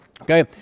Okay